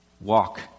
Walk